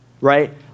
right